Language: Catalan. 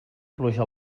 pluja